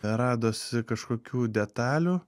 radosi kažkokių detalių